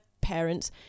parents